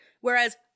Whereas